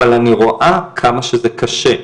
אבל אני רואה כמה שזה קשה.